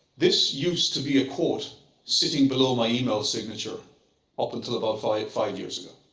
this used to be a quote sitting below my email signature up until about five five years ago.